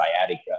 sciatica